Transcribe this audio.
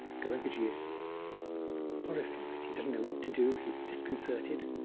goenkaji is horrified, he doesn't know what to do, he's disconcerted,